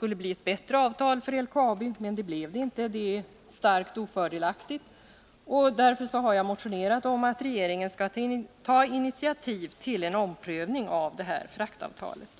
blev inte något bättre avtal för LKAB, som man hade hoppats. Det gällande avtalet är starkt ofördelaktigt, och jag har därför motionerat om att regeringen skall ta initiativ till en omprövning av fraktavtalet.